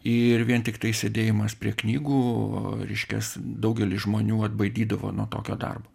ir vien tiktai sėdėjimas prie knygų reiškias daugelį žmonių atbaidydavo nuo tokio darbo